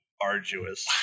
arduous